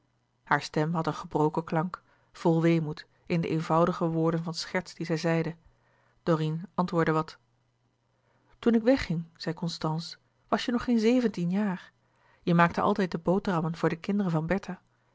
hare stem had een gebroken klank vol weemoed in de eenvoudige woorden van scherts die zij zeide dorine antwoordde wat toen ik wegging zei constance was je louis couperus de boeken der kleine zielen nog geen zeventien jaar je maakte altijd de boterhammen voor de kinderen van bertha